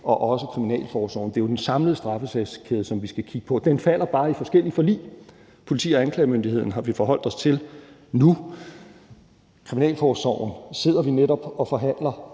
og også kriminalforsorgen. Det er den samlede straffesagskæde, som vi skal kigge på. Den falder bare i forskellige forlig. Politi og anklagemyndigheden har vi forholdt os til nu, kriminalforsorgen sidder vi netop og forhandler